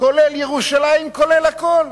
כולל ירושלים, כולל הכול.